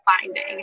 finding